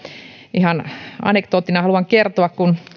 ihan anekdoottina haluan kertoa kun